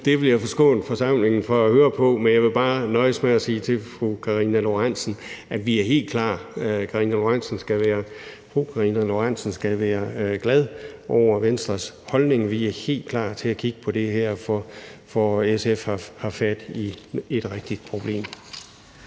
Det vil jeg forskåne forsamlingen for at høre på, så jeg vil bare nøjes med at sige til fru Karina Lorentzen Dehnhardt, at vi er helt klar. Fru Karina Lorentzen skal være glad over Venstres holdning. Vi er helt klar til at kigge på det her, for SF har fat i et rigtigt problem.